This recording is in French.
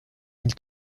mille